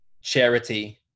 charity